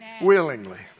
willingly